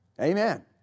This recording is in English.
Amen